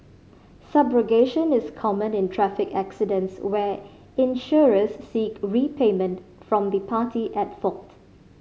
subrogation is common in traffic accidents where insurers seek repayment from the party at fault